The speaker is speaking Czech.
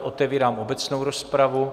Otevírám obecnou rozpravu.